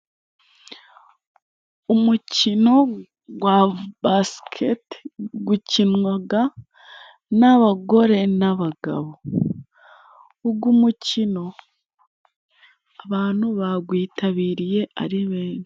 Umukino gwa basikekite gukinwaga n'abagore n'abagabo. Ugu mukino, abantu bagwitabiriye ari benshi.